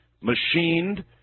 machined